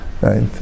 Right